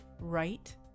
right